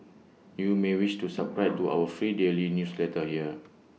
you may wish to subscribe to our free daily newsletter here